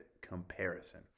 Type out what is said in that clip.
comparison